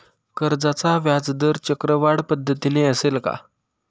कर्जाचा व्याजदर चक्रवाढ पद्धतीने असेल का?